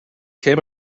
came